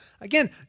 Again